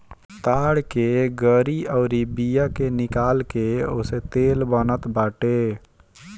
ताड़ की गरी अउरी बिया के निकाल के ओसे तेल बनत बाटे